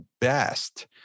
best